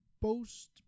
post